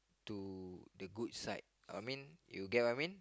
to the good side I mean you get what I mean